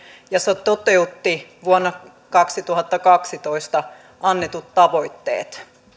ja se toteutti vuonna kaksituhattakaksitoista annetut tavoitteet